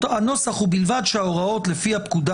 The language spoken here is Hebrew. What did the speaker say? הנוסח הוא "ובלבד שהוראות לפי הפקודה